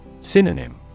Synonym